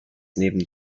neben